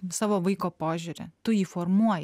savo vaiko požiūrį tu jį formuoji